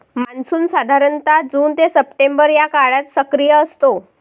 monsoon साधारणतः June ते September या काळात सक्रिय असतो